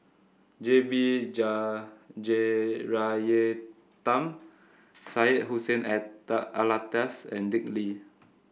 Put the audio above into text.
J B Jeyaretnam Syed Hussein Alatas and Dick Lee